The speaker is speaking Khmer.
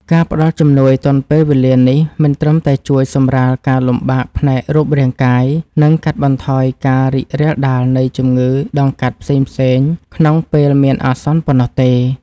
ការផ្ដល់ជំនួយទាន់ពេលវេលានេះ មិនត្រឹមតែជួយសម្រាលការលំបាកផ្នែករូបរាងកាយ និងកាត់បន្ថយការរីករាលដាលនៃជំងឺដង្កាត់ផ្សេងៗក្នុងពេលមានអាសន្នប៉ុណ្ណោះទេ។